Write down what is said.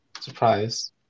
Surprise